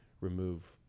remove